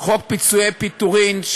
חוק פיצויי פיטורין,